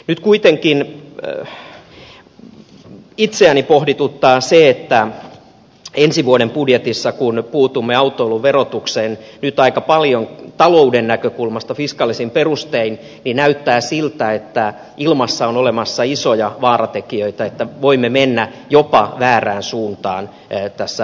nyt kuitenkin itseäni pohdituttaa se että kun ensi vuoden budjetissa puutumme autoilun verotukseen nyt aika paljon talouden näkökulmasta fiskaalisin perustein niin näyttää siltä että ilmassa on olemassa isoja vaaratekijöitä että voimme mennä jopa väärään suuntaan tässä autokehityksessä